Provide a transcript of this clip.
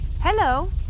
hello